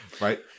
right